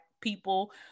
people